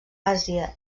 àsia